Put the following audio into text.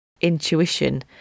intuition